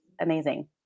amazing